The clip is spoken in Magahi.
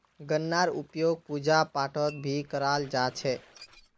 गन्नार उपयोग पूजा पाठत भी कराल जा छे